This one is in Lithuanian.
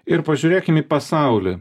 ir pažiūrėkim į pasaulį